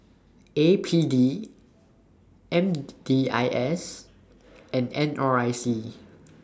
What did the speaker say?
A P D M D I S and N R I C